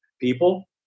people